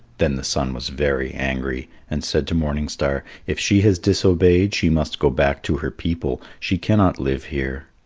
then the sun was very angry, and said to morning star, if she has disobeyed, she must go back to her people. she cannot live here.